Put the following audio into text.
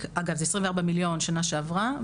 הסכום הוא היה 24 מיליון שקלים בשנה שעברה,